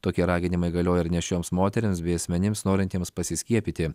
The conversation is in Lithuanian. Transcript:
tokie raginimai galioja ir nėščioms moterims bei asmenims norintiems pasiskiepyti